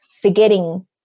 forgetting